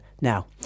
now